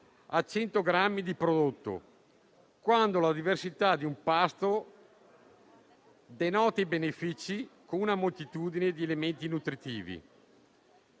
a 100 grammi di prodotto, quando la diversità di un pasto dispiega i suoi benefici grazie a una moltitudine di elementi nutritivi.